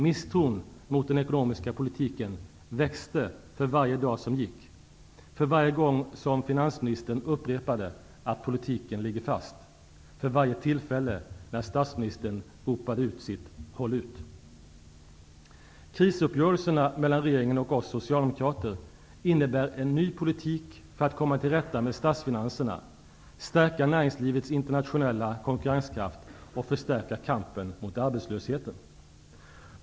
Misstron mot den ekonomiska politiken växte för varje dag som gick, för varje gång finansministern upprepade att politiken ligger fast, för varje tillfälle som statsministern ropade sitt: Håll ut! Krisuppgörelserna mellan regeringen och oss socialdemokrater innebär en ny politik för att komma till rätta med statsfinanserna, stärka näringslivet internationella konkurrenskraft och förstärka kampen mot arbetslösheten.